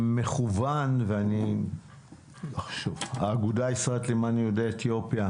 מכוון האגודה הישראלית למען יהודי אתיופיה.